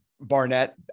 Barnett